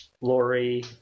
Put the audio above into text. Lori